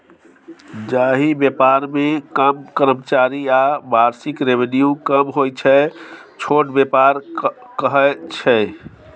जाहि बेपार मे कम कर्मचारी आ बार्षिक रेवेन्यू कम होइ छै छोट बेपार कहय छै